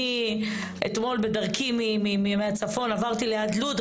אתמול בדרכי מהצפון עברתי ליד לוד,